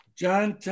John